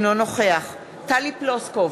אינו נוכח טלי פלוסקוב,